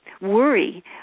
worry